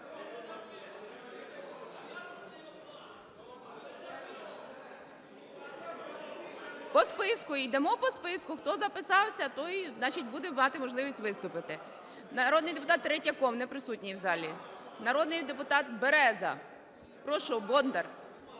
По списку, йдемо по списку. Хто записався, той, значить, буде мати можливість виступити. Народний депутат Третьяков не присутній в залі. Народний депутат Береза. Прошу, Бондар.